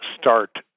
start